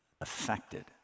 affected